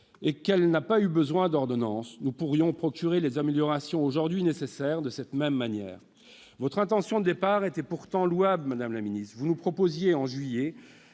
et qu'elle n'a pas eu besoin d'ordonnances. Nous pourrions apporter les améliorations aujourd'hui nécessaires de cette même manière. Votre intention de départ était pourtant louable. Vous nous proposiez, en juillet,